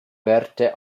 werte